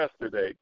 yesterday